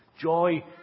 Joy